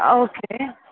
ஆ okay